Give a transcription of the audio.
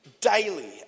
Daily